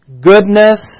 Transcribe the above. goodness